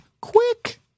quick